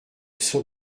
son